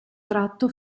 tratto